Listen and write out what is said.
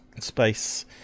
space